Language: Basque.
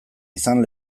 izan